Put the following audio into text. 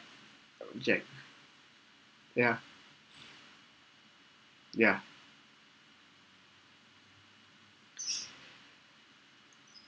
I will check ya ya